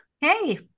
Hey